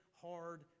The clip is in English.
hard